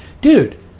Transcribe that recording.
dude